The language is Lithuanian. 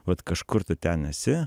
vat kažkur tu ten esi